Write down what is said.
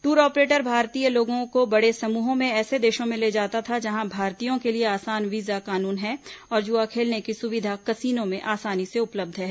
tour operator भारतीय लोगों को बड़े समूहों में ऐसे देशों में ले जाता था जहां भारतीयों के लिए आसान वीजा कानून है और जुआ खेलने की सुविधा कसीनो में आसानी से उपलब्ध है